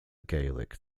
gaelic